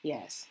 Yes